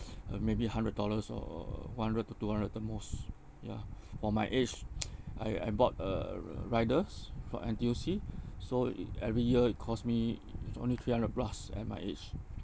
uh maybe a hundred dollars or one hundred to two hundred the most ya for my age I I bought uh riders from N_T_U_C so it every year it cost me is only three hundred plus at my age